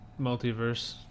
multiverse